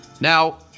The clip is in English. Now